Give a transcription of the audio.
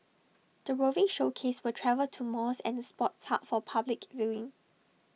the roving showcase will travel to malls and the sports hub for public viewing